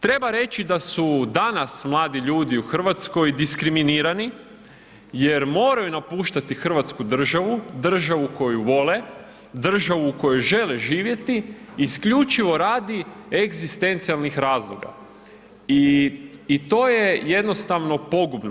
Treba reći da su danas mladi ljudi u Hrvatskoj diskriminirani jer moraju napuštati Hrvatsku državu, državu koju vole, državu u kojoj žele živjeti isključivo radi egzistencijalnih razloga i to je jednostavno pogubno.